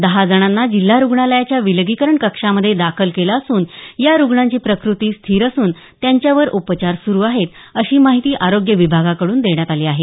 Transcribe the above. दहा जणांना जिल्हा रुग्णालयातल्या विलगीकरण कक्षामध्ये दाखल केलं असुन या रुग्णांची प्रकृती स्थिर असून त्यांच्यावर उपचार सुरू आहेत अशी माहिती आरोग्य विभागाकडून देण्यात आली आहे